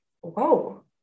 whoa